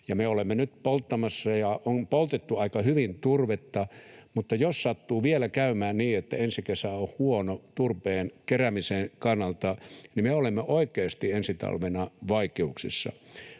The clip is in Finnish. me olemme nyt polttamassa ja on poltettu aika hyvin turvetta, mutta jos sattuu vielä käymään niin, että ensi kesä on huono turpeen keräämisen kannalta, niin me olemme oikeasti ensi talvena vaikeuksissa.